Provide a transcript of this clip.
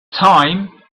time